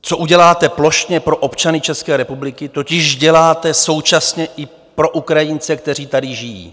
Co uděláte plošně pro občany České republiky, totiž děláte současně i pro Ukrajince, kteří tady žijí.